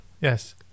yes